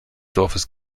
dorfes